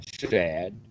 sad